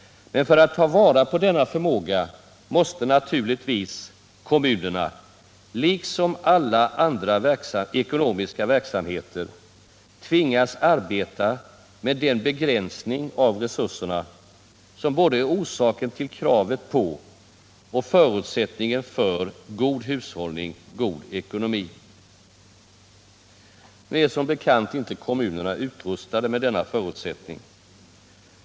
Men för att ta vara på denna förmåga måste naturligtvis kommunerna, liksom alla andra ekonomiska verksamheter, tvingas arbeta med den begränsning av resurserna, som är både orsaken till kravet på och förutsättningen för god hushållning, god ekonomi. Nu är som bekant kommunerna inte utrustade med denna förutsättning.